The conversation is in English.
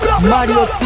Mario